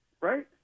Right